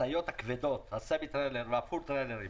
למשאיות הכבדות, הסמי-טריילר והפול-טריילרים,